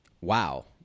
wow